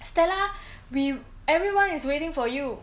stella we everyone is waiting for you